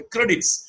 Credits